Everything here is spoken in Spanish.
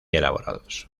elaborados